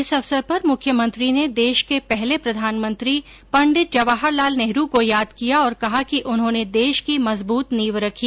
इस अवसर पर मुख्यमंत्री ने देश के पहले प्रधानमंत्री पं जवाहर लाल नेहरू को याद किया और कहा कि उन्होंने देश की मजबूत नींव रखी